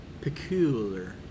peculiar